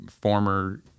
former